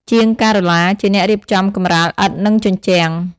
ជាងការ៉ូឡាជាអ្នករៀបចំកម្រាលឥដ្ឋនិងជញ្ជាំង។